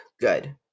good